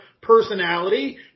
personality